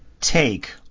take